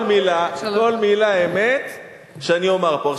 כל מלה שאני אומר פה אמת.